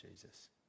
Jesus